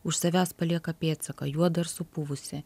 už savęs palieka pėdsaką juodą ir supuvusį